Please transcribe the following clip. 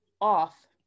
off